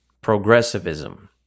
progressivism